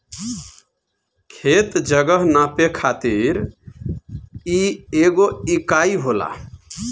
खेत, जगह नापे खातिर इ एगो इकाई होला